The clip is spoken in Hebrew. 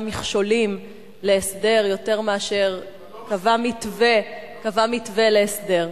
מכשולים להסדר יותר מאשר קבע מתווה להסדר.